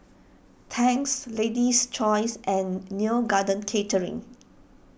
Tangs Lady's Choice and Neo Garden Catering